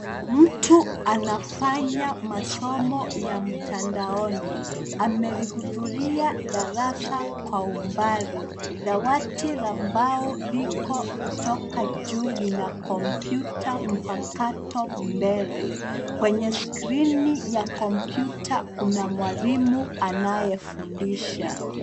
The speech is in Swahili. Mtu anafanya masomo ya mtandaoni . Amelihudhuria darasa kwa umbali. Dawati la mbao liko kutoka juu lina kompyuta mpakato mbele. Kwenye skrini ya kompyuta kuna mwalimu anayefundisha.